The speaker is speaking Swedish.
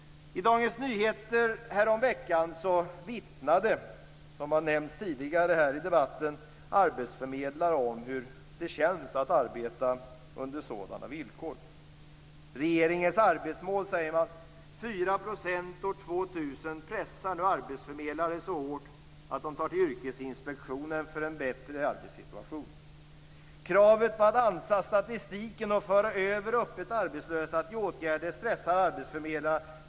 I Dagens Nyheter häromveckan vittnade, som har nämnts tidigare här i debatten, arbetsförmedlare om hur det känns att arbeta under sådana villkor: 2000 - pressar nu arbetsförmedlare så hårt att de tar till yrkesinspektionen för att få en bättre arbetssituation. Kravet på att ansa statistiken och föra över öppet arbetslösa till åtgärder stressar arbetsförmedlarna.